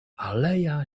aleja